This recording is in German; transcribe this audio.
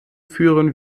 führen